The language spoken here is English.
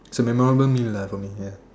it's a memorable meal lah for me ya